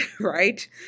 right